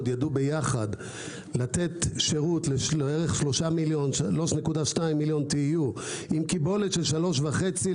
ידעו יחד לתת שירות ל-3.2 מיליון TU עם קיבולת של 3.5,